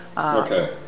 Okay